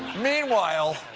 meanwhile,